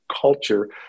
culture